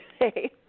today